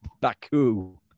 Baku